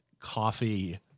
coffee